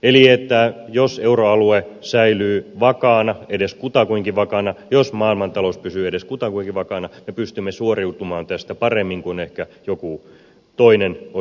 eli jos euroalue säilyy vakaana edes kutakuinkin vakaana jos maailmantalous pysyy edes kutakuinkin vakaana me pystymme suoriutumaan tästä paremmin kuin ehkä joku toinen osa maailmaa